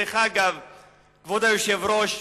כבוד היושב-ראש,